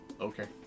Okay